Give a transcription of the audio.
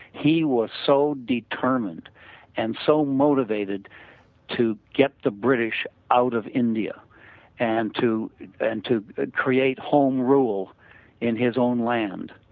he was so determined and so motivated to get the british out of india and and to ah create home rule in his own land,